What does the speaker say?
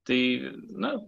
tai na